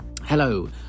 Hello